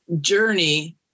journey